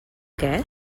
què